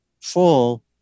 full